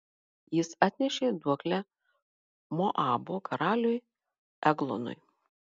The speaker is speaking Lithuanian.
jis atnešė duoklę moabo karaliui eglonui